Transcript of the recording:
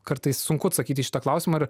kartais sunku atsakyti į šitą klausimą ar